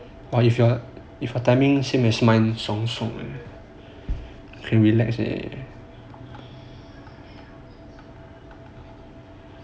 but if you are if your timing same as mine can relax eh